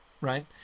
right